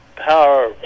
Power